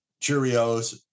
Cheerios